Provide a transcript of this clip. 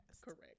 correct